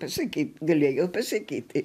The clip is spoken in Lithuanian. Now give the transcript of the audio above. pasakyt galėjo pasakyt